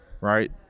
Right